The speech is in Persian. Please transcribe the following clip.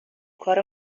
کار